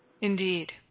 Indeed